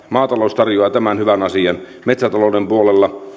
maatalous tarjoaa tämän hyvän asian myös metsätalouden puolella